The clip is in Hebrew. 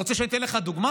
אתה רוצה שאני אתן לך דוגמה?